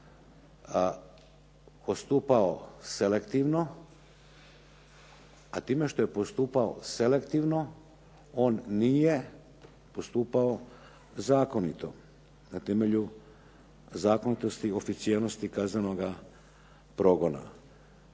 postupao selektivno, a time što je postupao selektivno on nije postupao zakonito, na temelju zakonitosti, oficijelnosti kaznenoga progona.